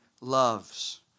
loves